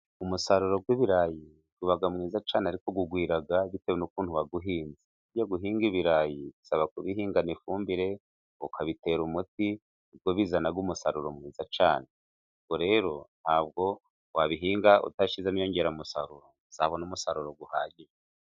Umusaruro w'ibirayi uba mwiza cyane, ariko ugwira bitewe n'ukuntu wawuhinze, burya guhinga ibirayi bisaba kubihingana ifumbire ukabitera umuti kuko bizana umusaruro mwiza cyane, ubwo rero ntabwo wabihinga utashyizemo inyongeramusaruro, ng'uzabona umusaruro uhagije.